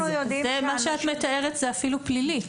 מה שאת מתארת זה אפילו פלילי.